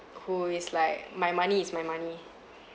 who is like my money is my money